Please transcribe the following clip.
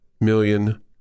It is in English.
million